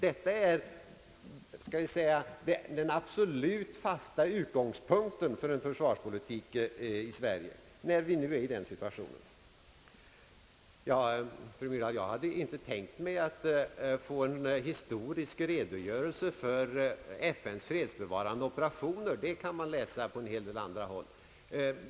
Detta är den så att säga absoluta, fasta utgångspunkten för en försvarspolitik i Sverige när vi nu är i den situationen. Jag hade inte, fru Myrdal, tänkt mig att få en historisk redogörelse för FN:s fredsbevarande operationer; om den saken kan man läsa på åtskilliga håll.